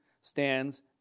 stands